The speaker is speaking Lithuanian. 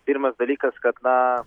pirmas dalykas na